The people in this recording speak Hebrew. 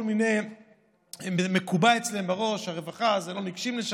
זה מקובע אצלם בראש שלרווחה לא ניגשים.